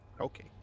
Okay